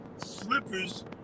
Slippers